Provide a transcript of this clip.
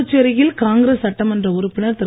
புதுச்சேரியில் காங்கிரஸ் சட்டமன்ற உறுப்பினர் திரு